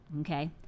okay